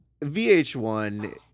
VH1